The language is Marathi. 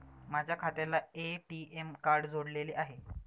माझ्या खात्याला ए.टी.एम कार्ड जोडलेले आहे